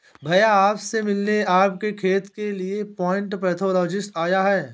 भैया आप से मिलने आपके खेत के लिए प्लांट पैथोलॉजिस्ट आया है